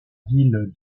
ville